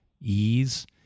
ease